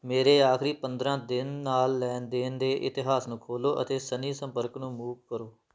ਮੇਰੇ ਆਖਰੀ ਪੰਦਰ੍ਹਾਂ ਦਿਨ ਨਾਲ ਲੈਣ ਦੇਣ ਦੇ ਇਤਿਹਾਸ ਨੂੰ ਖੋਲ੍ਹੋ ਅਤੇ ਸਨੀ ਸੰਪਰਕ ਨੂੰ ਮੂਕ ਕਰੋ